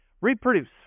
Reproduce